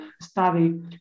study